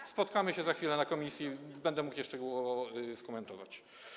No, spotkamy się za chwilę w komisji, będę mógł je szczegółowo skomentować.